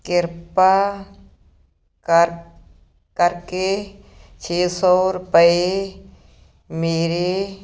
ਕਿਰਪਾ ਕਰਕੇ ਛੇ ਸੌ ਰੁਪਏ ਮੇਰੇ